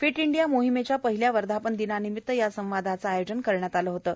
fit India मोहिमेच्या पहिल्या वर्धापन दिनानिमित या संवादाचे आयोजन करण्यात आल होतं